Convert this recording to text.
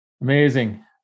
Amazing